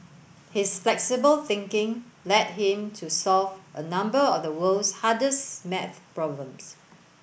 his flexible thinking led him to solve a number of the world's hardest maths problems